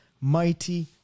mighty